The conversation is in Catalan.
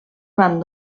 van